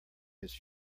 his